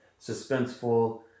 suspenseful